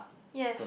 yes